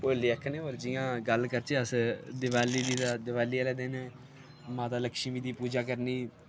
होली आखने होर जियां गल्ल करचै अस दिवाली दी तां दिवाली आह्ले दिन माता लक्छमी दी पूजा करनी